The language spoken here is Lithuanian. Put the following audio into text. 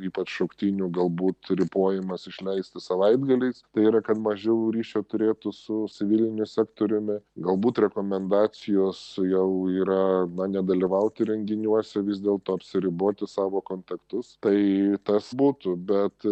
ypač šauktinių galbūt ribojimas išleisti savaitgaliais tai yra kad mažiau ryšio turėtų su civiliniu sektoriumi galbūt rekomendacijos jau yra na nedalyvauti renginiuose vis dėlto apsiriboti savo kontaktus tai tas būtų bet